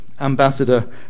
Ambassador